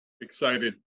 Excited